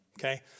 Okay